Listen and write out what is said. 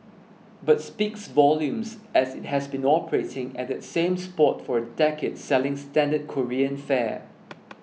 but speaks volumes as it has been operating at that same spot for a decade selling standard Korean fare